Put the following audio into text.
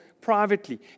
privately